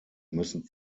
müssen